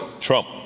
Trump